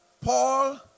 Paul